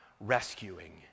rescuing